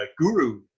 guru